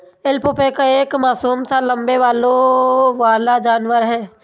alpaca एक मासूम सा लम्बे बालों वाला जानवर है